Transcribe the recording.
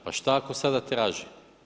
Pa šta ako sad traži?